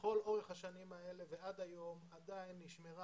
ולכל אורך השנים האלה ועד היום עדיין נשמרה